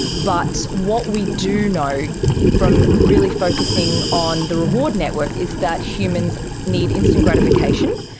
but what we do know from really focusing on the reward network is that humans need instant gratification,